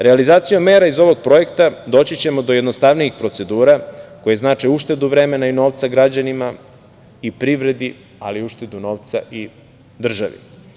Realizacijom mera iz ovog projekta, doći ćemo do jednostavnijih procedura, koje znače uštedu vremena i novca građanima i privredi, ali i uštedu novca i državi.